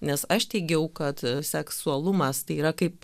nes aš teigiau kad seksualumas tai yra kaip